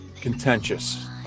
contentious